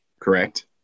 correct